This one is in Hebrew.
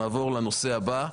נעבור לנושא הבא.